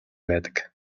байдаг